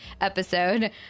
episode